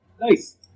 Nice